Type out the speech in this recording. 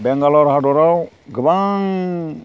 बेंगालर हादराव गोबां